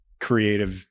creative